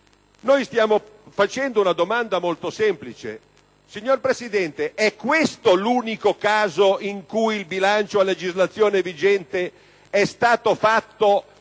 Noi stiamo ponendo una domanda molto semplice: questo è l'unico caso in cui il bilancio a legislazione vigente è stato fatto,